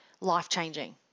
life-changing